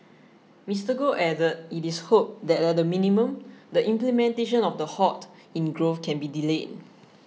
Mister Goh added it is hoped that at the minimum the implementation of the halt in growth can be delayed